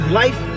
life